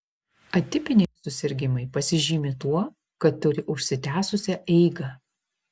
atipiniai susirgimai pasižymi tuo kad turi užsitęsusią eigą